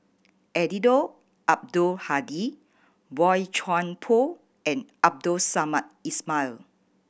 Eddino Abdul Hadi Boey Chuan Poh and Abdul Samad Ismail